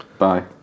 Bye